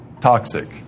toxic